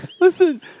Listen